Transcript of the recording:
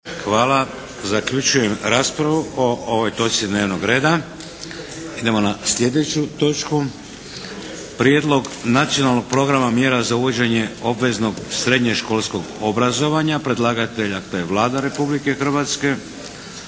**Šeks, Vladimir (HDZ)** Idemo na sljedeću točku - Prijedlog Nacionalnoga programa mjera za uvođenje obveznoga srednjoškolskoga obrazovanja Predlagatelj, a to je Vlada Republike Hrvatske.